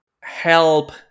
help